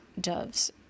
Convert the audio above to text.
doves